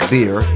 Beer